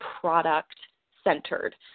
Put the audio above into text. product-centered